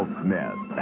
smith